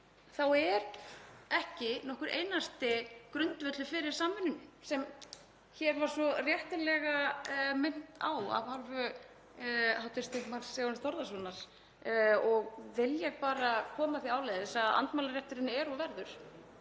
þá er ekki nokkur einasti grundvöllur fyrir samvinnunni, sem hér var svo réttilega minnt á af hálfu hv. þm. Sigurjóns Þórðarsonar. Ég vil bara koma því áleiðis að andmælarétturinn er og verður